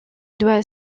doit